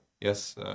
Yes